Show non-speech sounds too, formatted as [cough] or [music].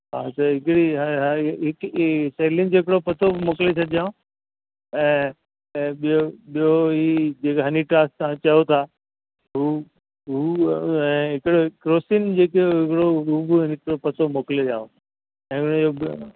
हा त हिकड़ी की [unintelligible] जो हिकु पतो मोकिले छॾिजो ऐं ऐं ॿियो ॿियो ही जेका हनीटास तव्हां चओ था उहो उहो ऐं हिकिड़ो क्रोसिन जेकी हिकिड़ो उहा हिकु पतो मोकिले छॾिजो [unintelligible]